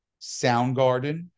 Soundgarden